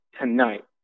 tonight